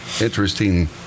interesting